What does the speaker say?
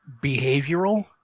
behavioral